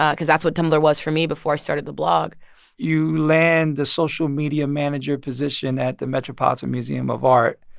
because that's what tumblr was for me before i started the blog you land the social media manager position at the metropolitan museum of art.